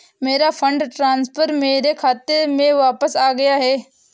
मेरा fund transfer मेरे खाते में वापस आ गया है